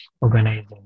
organizing